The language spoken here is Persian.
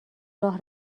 راه